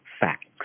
facts